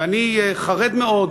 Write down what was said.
ואני חרד מאוד,